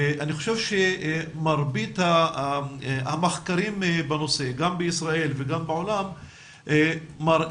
אני חושב שמרבית המחקרים בנושא גם בישראל וגם בעולם מראים